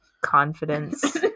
confidence